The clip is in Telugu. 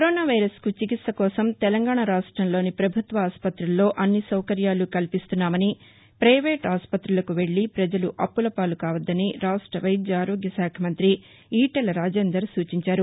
కరోనా వైరస్కు చికిత్స కోసం తెలంగాణ రాష్టంలోని పభుత్వ ఆసుపతుల్లో అన్ని సౌకర్యాలు కల్పిస్తున్నామని పైవేట్ ఆస్పతులకు వెల్లి ప్రజలు అప్పులపాలు కావద్దని రాష్ట వైద్య ఆరోగ్యశాఖ మంతి ఈటెల రాజేందర్ సూచించారు